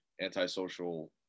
antisocial